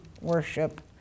worship